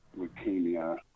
leukemia